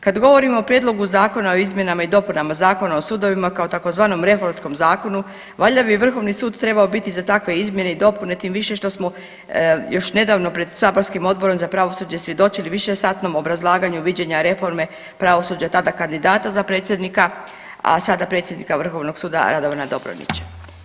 Kad govorimo o Prijedlogu zakona o izmjenama i dopunama Zakona o sudovima, kao tzv. reformskom zakonu valjda bi Vrhovni sud trebao biti za takve izmjene i dopune tim više što smo još nedavno pred saborskim Odborom za pravosuđe svjedočili višesatnom obrazlaganju viđenja reforme pravosuđa tada kandidata za predsjednika, a sada predsjednika Vrhovnog suda Radovana Dobronića.